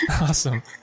Awesome